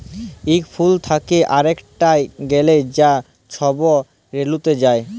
ইক ফুল থ্যাকে আরেকটয় গ্যালে যা ছব রেলুতে যায়